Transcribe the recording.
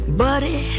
buddy